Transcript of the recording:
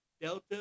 Delta